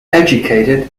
educated